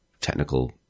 technical